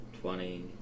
Twenty